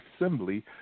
assembly